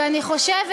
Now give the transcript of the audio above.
אני חושבת,